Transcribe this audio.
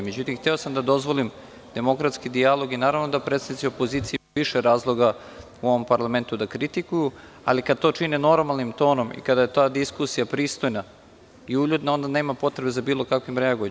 Međutim, hteo sam da dozvolim demokratski dijalog i naravno da predstavnici opozicije imaju više razloga u ovom parlamentu da kritikuju, ali kada to čine normalnim tonom i kada je ta diskusija pristojna i uljudna, onda nema potrebe za bilo kakvim reagovanjem.